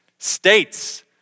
States